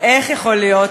איך יכול להיות?